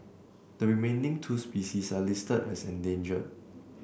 the remaining two species are listed as endangered